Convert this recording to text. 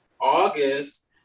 august